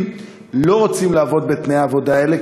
לא רוצים לעבוד בתנאי העבודה האלה,